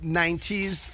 90s